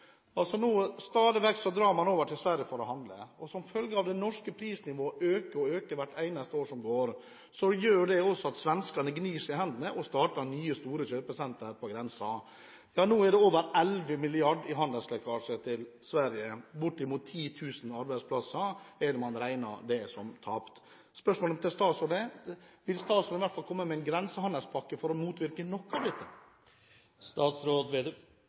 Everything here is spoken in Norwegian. Stadig vekk drar man over til Sverige for å handle, og som følge av at det norske prisnivået øker og øker for hvert eneste år som går, gnir svenskene seg i hendene og åpner nye store kjøpesenter på grensen. Nå er det over 11 mrd. kr i handelslekkasje til Sverige og bortimot 10 000 arbeidsplasser som man regner som tapt. Spørsmålet mitt til statsråden er: Vil statsråden i hvert fall komme med en grensehandelspakke for å motvirke noe av dette?